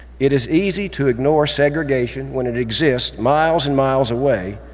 it is easy to ignore segregation when it exists miles and miles away,